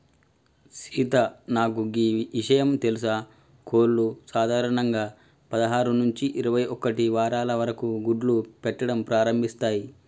సీత నాకు గీ ఇషయం తెలుసా కోళ్లు సాధారణంగా పదహారు నుంచి ఇరవై ఒక్కటి వారాల వరకు గుడ్లు పెట్టడం ప్రారంభిస్తాయి